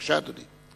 בבקשה, אדוני.